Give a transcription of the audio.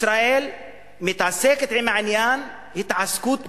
ישראל מתעסקת עם העניין התעסקות ביטחונית,